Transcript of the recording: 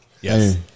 Yes